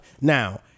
Now